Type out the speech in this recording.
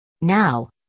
Now